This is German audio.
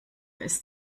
ist